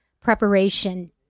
preparation